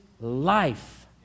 life